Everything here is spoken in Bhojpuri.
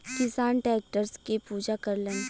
किसान टैक्टर के पूजा करलन